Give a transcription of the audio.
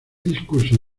discurso